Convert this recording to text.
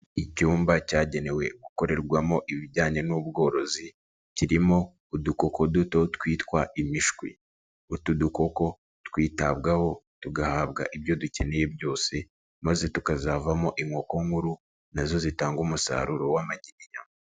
Icyumba cyagenewe gukorerwamo ibijyanye n'ubworozi, kirimo udukoko duto twitwa imishwi, utu dukoko twitabwaho tugahabwa ibyo dukeneye byose maze tukazavamo inkoko nkuru na zo zitanga umusaruro w'amagi n'inyama.